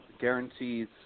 guarantees